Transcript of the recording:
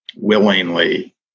willingly